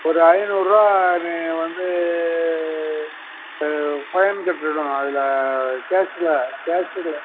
ஒரு ஐந்நூறுரூவா நீ வந்து ஃபைன் கட்டணும் அதில் கேஷ்ல கேஷ் இதில்